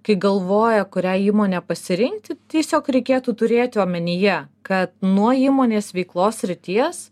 kai galvoja kurią įmonę pasirinkti tiesiog reikėtų turėti omenyje kad nuo įmonės veiklos srities